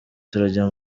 turajya